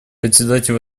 председатель